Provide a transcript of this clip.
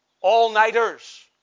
all-nighters